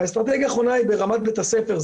והאסטרטגיה האחרונה היא ברמת בית הספר.